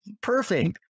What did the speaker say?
perfect